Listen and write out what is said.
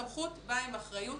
סמכות באה עם אחריות.